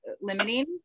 limiting